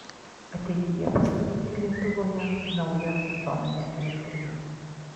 ateityje pastatyti lietuvoje naują atominę elektrinę